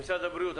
משרד הבריאות,